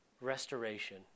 restoration